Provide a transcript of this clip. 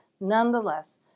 nonetheless